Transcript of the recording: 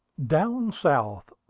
down south,